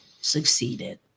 succeeded